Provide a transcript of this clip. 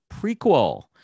Prequel